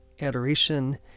adoration